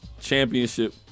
championship